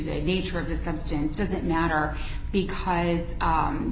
day nature of the substance doesn't matter because